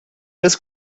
was